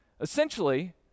essentially